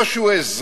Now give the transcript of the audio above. או שהוא אזרח,